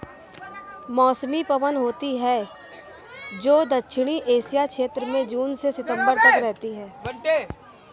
मौसमी पवन होती हैं, जो दक्षिणी एशिया क्षेत्र में जून से सितंबर तक रहती है